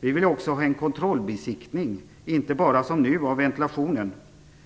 Vi vill också ha en kontrollbesiktning, inte bara som nu av ventilationen,